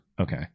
Okay